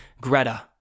Greta